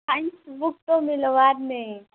science book ତ ମିଲବାର ନେଇଁ